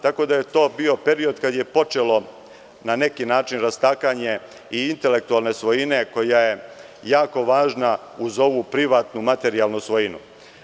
Tako da je to bio period kada je počelo, na neki način, rastakanje i intelektualne svojine, koja je jako važna uz ovu privatnu materijalnu svojinu.